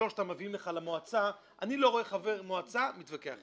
ששלושתם מביאים לך למועצה אני לא רואה חבר מועצה מתווכח עם זה.